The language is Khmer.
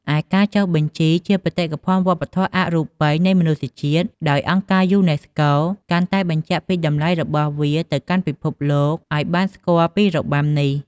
ឯ ការចុះបញ្ជីជាបេតិកភណ្ឌវប្បធម៌អរូបីនៃមនុស្សជាតិដោយអង្គការយូណេស្កូ កាន់តែបញ្ជាក់ពីតម្លៃរបស់វាទៅកាន់ពិភពលោក ឲ្យបានស្គាល់ពីរបាំនេះ។